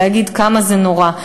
להגיד כמה זה נורא.